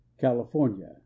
California